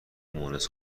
مونس